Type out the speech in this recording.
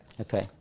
Okay